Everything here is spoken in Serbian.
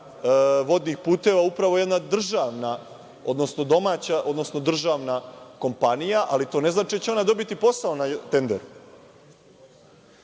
vodnih puteva upravo jedna državna, odnosno domaća, odnosno državna kompanija, ali to ne znači da će ona dobiti posao na tenderu.